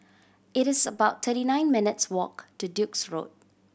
it is about thirty nine minutes walk to Duke's Road